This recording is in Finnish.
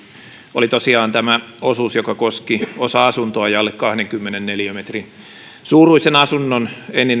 oli tosiaan osuus joka koski osa asuntoa ja alle kahdenkymmenen neliömetrin suuruisen asunnon